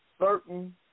certain